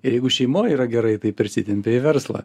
ir jeigu šeimoj yra gerai tai persitempia į verslą